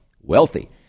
Wealthy